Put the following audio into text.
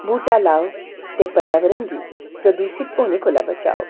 बूह्टा लाओ ते पर्यावरण गी प्रदूशित होने कोला बचाओ